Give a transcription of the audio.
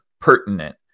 pertinent